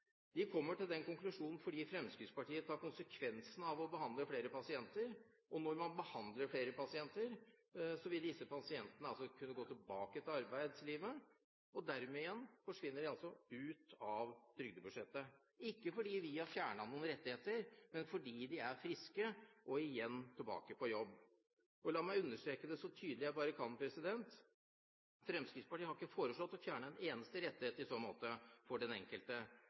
De kommer til den konklusjonen fordi Fremskrittspartiet tar konsekvensen av å behandle flere pasienter, og når man behandler flere pasienter, vil disse pasientene kunne gå tilbake til arbeidslivet, og dermed igjen forsvinner de altså ut av trygdebudsjettet – ikke fordi vi har fjernet noen rettigheter, men fordi de er friske og igjen tilbake på jobb. La meg understreke det så tydelig jeg bare kan: Fremskrittspartiet har ikke foreslått å fjerne en eneste rettighet i så måte for den enkelte.